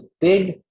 big